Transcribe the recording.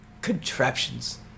contraptions